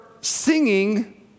singing